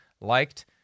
liked